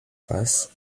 face